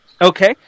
Okay